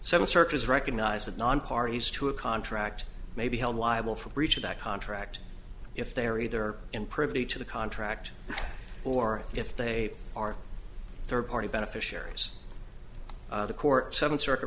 so searches recognize that non parties to a contract may be held liable for breach of that contract if they are either in privy to the contract or if they are third party beneficiaries the court seven circuit